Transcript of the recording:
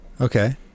okay